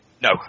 No